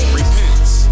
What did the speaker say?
repents